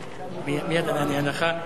סמכויות משרת החקלאות ופיתוח הכפר לשר התעשייה,